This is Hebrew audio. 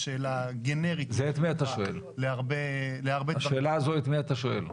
השאלה הזו, את מי אתה שואל?